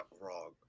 wrong